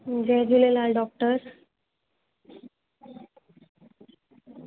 Jay Jhulelal doctor